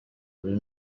kuri